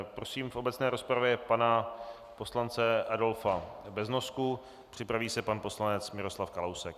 Prosím v obecné rozpravě pana poslance Adolfa Beznosku, připraví se pan poslanec Miroslav Kalousek.